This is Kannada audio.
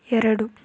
ಎರಡು